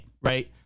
right